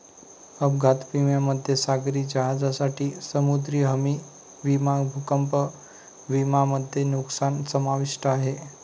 अपघात विम्यामध्ये सागरी जहाजांसाठी समुद्री हमी विमा भूकंप विमा मध्ये नुकसान समाविष्ट आहे